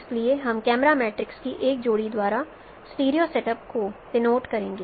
इसलिए हम camera matrices की एक जोड़ी द्वारा एक स्टीरियो सेटअप को डिनोटे करेंगे